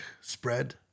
spread